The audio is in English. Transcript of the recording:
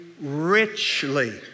richly